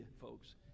folks